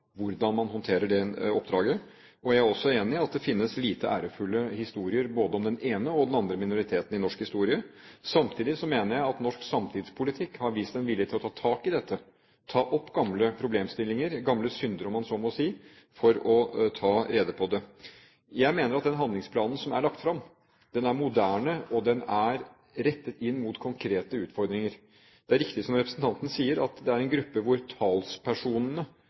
hvordan man håndterer det oppdraget. Jeg er også enig i at det finnes lite ærefulle historier, om både den ene og den andre minoriteten, i norsk historie. Samtidig mener jeg at norsk samtidspolitikk har vist en vilje til å ta tak i dette – ta opp gamle problemstillinger, gamle synder om man så må si, for å ta rede på det. Jeg mener at den handlingsplanen som er lagt fram, er moderne, og den er rettet inn mot konkrete utfordringer. Det er riktig som representanten sier, at det er en gruppe hvor talspersonene